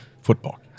Football